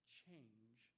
change